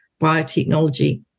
biotechnology